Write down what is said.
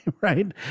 Right